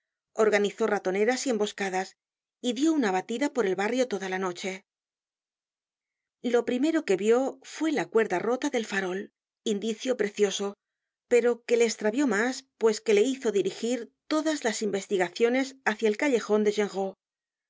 organizó ratoneras y emboscadas y dió una batida por el barrio toda la noche lo primero que vió fue la cuerda rota del farol indicio precioso pero que le estravió mas pues que le hizo dirigir todas las investigaciones hácia el callejon de